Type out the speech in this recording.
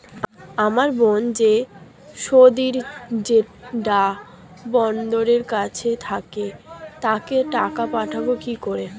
আমার বোন যে সৌদির জেড্ডা বন্দরের কাছে থাকে তাকে টাকা পাঠাবো কি করে?